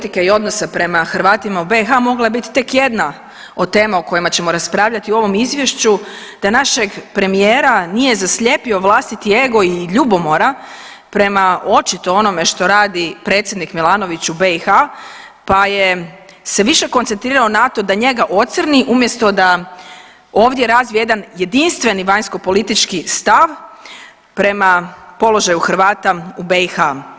Pitanje naše vanjske politike i odnosa prema Hrvatima u BiH mogla je bit tek jedna od tema o kojima ćemo raspravljati u ovom izvješću da našeg premijera nije zaslijepio vlastiti ego i ljubomora prema očito onome što radi predsjednik Milanović u BiH, pa je se više koncentrirao na to da njega ocrni umjesto da ovdje razvije jedan jedinstveni vanjskopolitički stav prema položaju Hrvata u BiH.